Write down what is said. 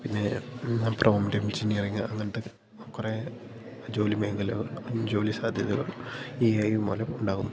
പിന്നെ എന്നാ prompt engineering അങ്ങനത്തെ കുറേ ജോലി മേഖല ജോലി സാധ്യതകൾ ഈ എ ഐ മൂലം ഉണ്ടാകുന്നുണ്ട്